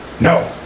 No